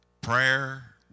prayer